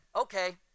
Okay